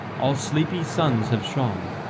all sleepy suns have shone,